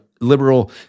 liberal